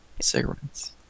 cigarettes